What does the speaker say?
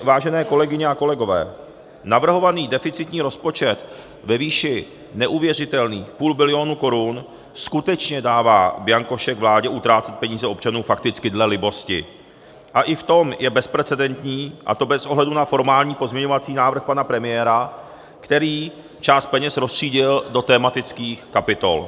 Vážené kolegyně a kolegové, navrhovaný deficitní rozpočet ve výši neuvěřitelných půl bilionu korun skutečně dává bianko šek vládě utrácet peníze občanů fakticky dle libosti a i v tom je bezprecedentní, a to bez ohledu na formální pozměňovací návrh pana premiéra, který část peněz roztřídil do tematických kapitol.